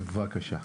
בבקשה.